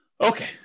Okay